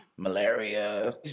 Malaria